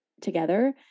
together